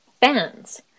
fans